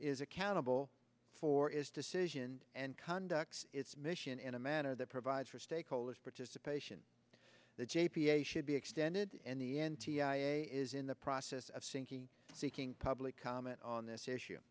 is accountable for its decision and conduct its mission in a manner that provides for stakeholders participation the j p a should be extended and the n t i a is in the process of seeking seeking public comment on this issue